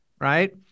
right